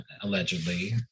allegedly